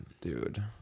dude